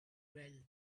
well